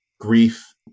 grief